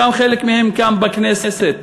חלק מהם כאן בכנסת,